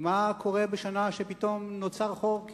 ומה קורה בשנה שפתאום נוצר חור,